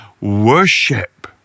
worship